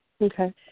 okay